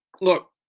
Look